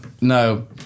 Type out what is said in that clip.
no